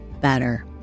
better